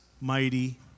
Mighty